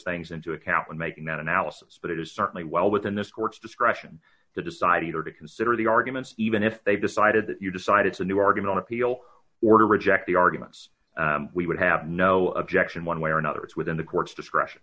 things into account when making that analysis but it is certainly well within this court's discretion to decide either to consider the arguments even if they've decided that you decide it's a new argument to appeal or to reject the arguments we would have no objection one way or another it's within the court's discretion